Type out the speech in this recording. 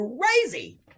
crazy